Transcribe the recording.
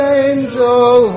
angel